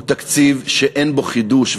הוא תקציב שאין בו חידוש.